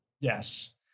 yes